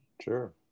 Sure